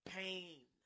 pain